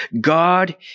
god